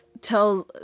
tells-